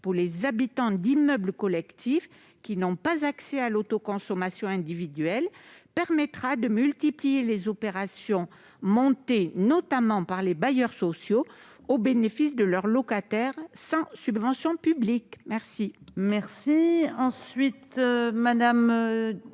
pour les habitants d'immeubles collectifs qui n'ont pas accès à l'autoconsommation individuelle, permettra de multiplier les opérations montées notamment par les bailleurs sociaux au bénéfice de leurs locataires, sans subvention publique. Les